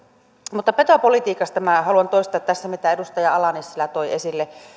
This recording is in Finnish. mutta petopolitiikasta minä haluan toistaa tässä mitä edustaja ala nissilä toi esille